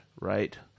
right